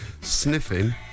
Sniffing